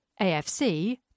AFC